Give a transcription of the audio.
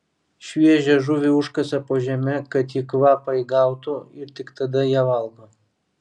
šviežią žuvį užkasa po žeme kad ji kvapą įgautų ir tik tada ją valgo